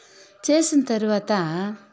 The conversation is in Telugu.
చేసిన తర్వాత